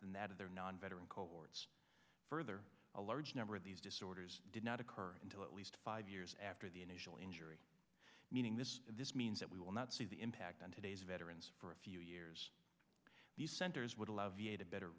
than that of their non veteran cohorts further a large number of these disorders did not occur until at least five years after the initial injury meaning this this means that we will not see the impact on today's veterans for a few years these centers would allow v a to better